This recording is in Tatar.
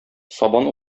сабан